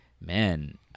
man